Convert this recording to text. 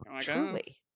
Truly